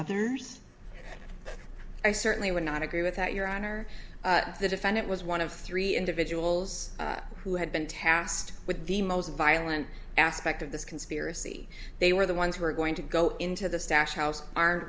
others i certainly would not agree with that your honor the defendant was one of three individuals who had been tasked with the most violent aspect of this conspiracy they were the ones who are going to go into the stash house ar